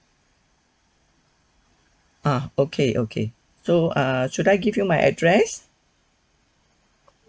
uh okay okay so uh should I give you my address